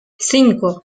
cinco